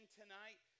tonight